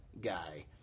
guy